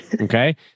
okay